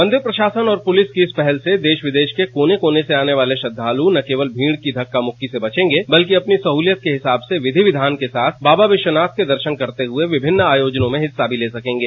मंदिर प्रशासन और पुलिस की इस पहल से देश विदेश के कोने कोने से आने वाले श्रद्धालु न केवल भीड़ की धक्कामुक्की से बचेंगे बल्कि अपनी सहूलियत के हिसाब से विधि विधान के साथ बाबा विश्वनाथ के दर्शन करते हुए विभिन्न आयोजनों में हिस्सा भी ले सकेंगे